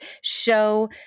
show